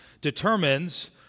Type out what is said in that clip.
determines